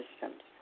systems